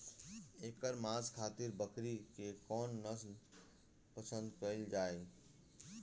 एकर मांस खातिर बकरी के कौन नस्ल पसंद कईल जाले?